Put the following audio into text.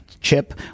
chip